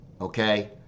okay